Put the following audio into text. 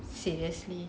seriously